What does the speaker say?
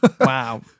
wow